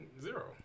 Zero